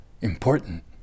important